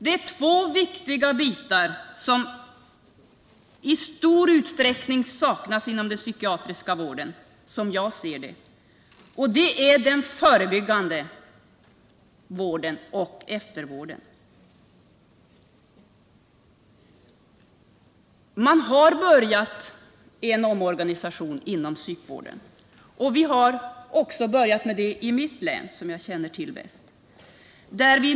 Det är, som jag ser det, två viktiga bitar som i stor utsträckning saknas inom den psykiatriska vården: den förebyggande vården och eftervården. Man har påbörjat en omorganisation inom psykvården. Inom mitt län, som jag bäst känner till, har vi också börjat med en sådan omorganisation.